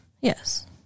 Yes